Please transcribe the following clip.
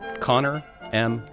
connor m.